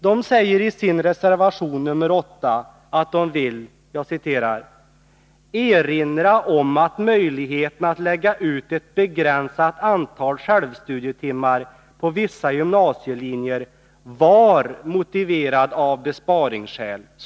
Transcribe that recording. De säger i sin reservation nr 8 att de vill ”erinra om att möjligheten att lägga ut ett begränsat antal självstudietimmar på vissa gymnasielinjer var motiverad av besparingsskäl”.